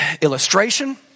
illustration